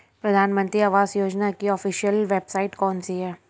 प्रधानमंत्री आवास योजना की ऑफिशियल वेबसाइट कौन सी है?